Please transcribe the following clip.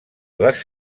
les